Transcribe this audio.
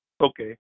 Okay